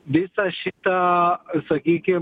visą šitą sakykim